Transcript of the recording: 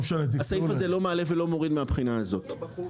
מעלה ולא מוריד מהבחינה הזאת.